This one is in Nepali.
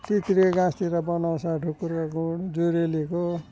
तित्रीको गाछतिर बनाउँछ ढुकुर र गुँड जुरेलीको